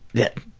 that